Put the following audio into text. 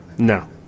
No